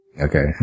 Okay